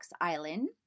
Island